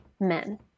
men